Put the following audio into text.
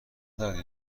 دارد